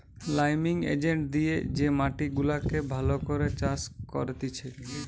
liming agent দিয়ে যে মাটি গুলাকে ভালো করে চাষ করতিছে